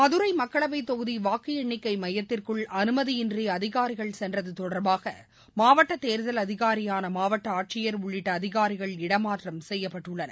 மதுரை மக்களவைத் தொகுதி வாக்கு எண்ணிக்கை மையத்திற்குள் அனுமதியின்றி அதிகாரிகள் சென்றது தொடர்பாக மாவட்ட தேர்தல் அதிகாரியான மாவட்ட ஆட்சியர் உள்ளிட்ட அதிகாரிகள் இடம் மாற்றம் செய்யப்பட்டுள்ளனர்